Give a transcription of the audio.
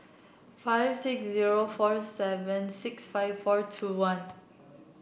five six zero four seven six five four two one